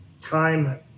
time